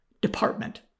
department